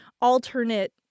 alternate